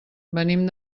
venim